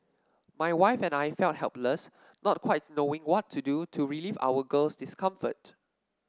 my wife and I felt helpless not quite knowing what to do to relieve our girl's discomfort